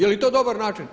Jeli to dobar način?